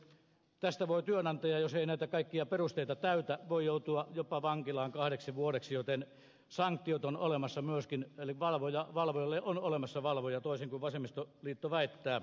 tästä voi työnantaja jos ei näitä kaikkia perusteita täytä joutua jopa vankilaan kahdeksi vuodeksi joten sanktiot ovat olemassa myöskin eli valvojalle on olemassa valvoja toisin kuin vasemmistoliitto väittää